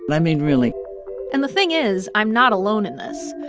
but i mean, really and the thing is i'm not alone in this.